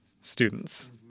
students